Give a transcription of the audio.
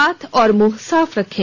हाथ और मुंह साफ रखें